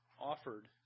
offered